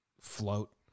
float